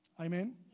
Amen